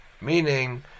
meaning